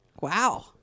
Wow